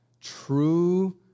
true